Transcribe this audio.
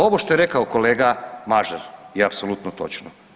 Ovo što je rekao kolega Mažar je apsolutno točno.